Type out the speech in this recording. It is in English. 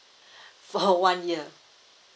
for one year